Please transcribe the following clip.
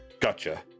Gotcha